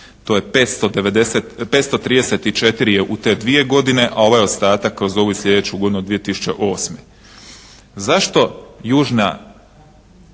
To je 534 je u te dvije godine a ovaj ostatak kroz ovu i slijedeću godinu 2008. Zašto južni